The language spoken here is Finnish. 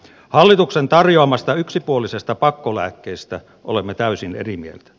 hallituksen tarjoamasta yksipuolisesta pakkolääkkeestä olemme täysin eri mieltä